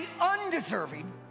undeserving